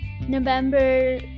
November